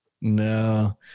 No